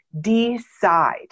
decide